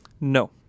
No